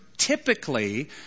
Typically